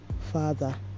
Father